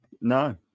No